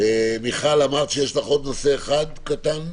מיכל, אמרת שיש לך עוד נושא אחד קטן,